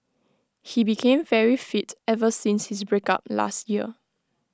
he became very fit ever since his break up last year